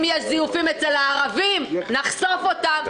אם יש זיופים אצל הערבים, נחשוף אותם.